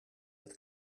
met